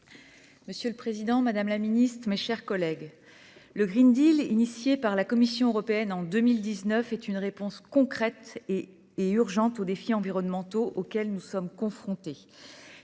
Monsieur le président, madame la secrétaire d’État, mes chers collègues, le, lancé par la Commission européenne en 2019, est une réponse concrète et urgente aux défis environnementaux auxquels nous sommes confrontés.